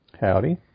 Howdy